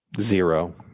Zero